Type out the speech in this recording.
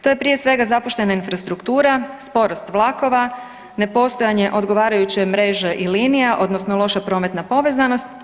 To je prije svega zapuštena infrastruktura, sporost vlakova, nepostojanje odgovarajuće mreže i linija, odnosno loša prometna povezanost.